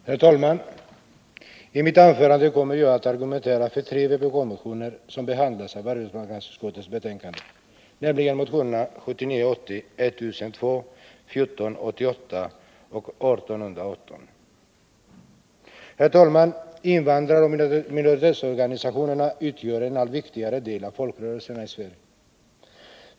Herr talman! I mitt anförande kommer jag att argumentera för tre vpk-motioner, som behandlats i arbetsmarknadsutskottets betänkande 1979 80:1002, 1488 och 1818. Herr talman! Invandraroch minoritetsorganisationerna utgör en allt viktigare del av folkrörelserna i Sverige.